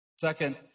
Second